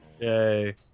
Yay